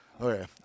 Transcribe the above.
Okay